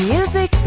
Music